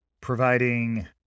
providing